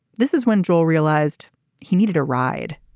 this is when joel realized he needed a ride